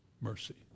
mercy